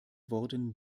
worden